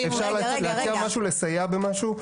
16:20) אפשר להציע לסייע במשהו?